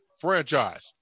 franchise